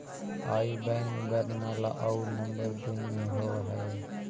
आई बैन में वर्णमाला आउ नंबर दुनो ही होवऽ हइ